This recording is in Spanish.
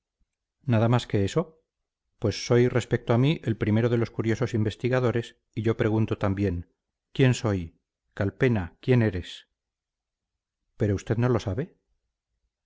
nada más que eso pues soy respecto a mí el primero de los curiosos investigadores y yo pregunto también quién soy calpena quién eres pero usted no lo sabe